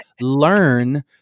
learn